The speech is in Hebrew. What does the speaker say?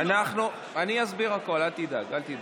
אני אסביר הכול, אל תדאג.